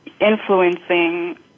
influencing